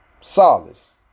solace